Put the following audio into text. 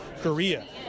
Korea